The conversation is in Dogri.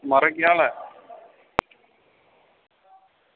महाराज केह् हाल ऐ